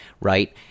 right